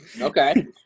okay